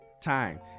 time